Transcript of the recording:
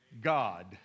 God